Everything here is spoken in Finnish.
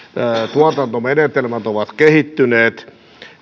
tuotantomenetelmät ovat kehittyneet